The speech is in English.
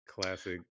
Classic